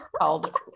called